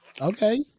Okay